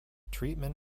treatment